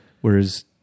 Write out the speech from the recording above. whereas